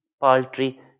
paltry